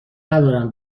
ندارم